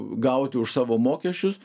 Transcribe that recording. gauti už savo mokesčius